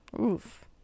Oof